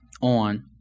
on